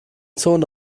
zone